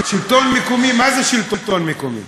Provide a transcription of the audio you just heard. שלטון מקומי, מה זה שלטון מקומי?